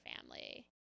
family